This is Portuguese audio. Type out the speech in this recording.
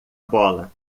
bola